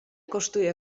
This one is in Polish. kosztuje